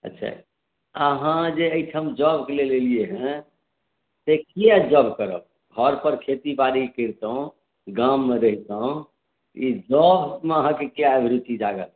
अच्छा अहाँ जे एहिठाम जॉबके लेल एलियैए से किया जॉब करब घरपर खेतीबाड़ी करितहुँ गाममे रहितहुँ ई जॉबमे अहाँके किया रुचि जागल